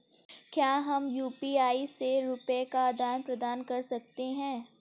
क्या हम यू.पी.आई से रुपये का आदान प्रदान कर सकते हैं?